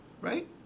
Right